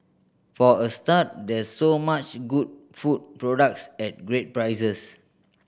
for a start there's so much good food products at great prices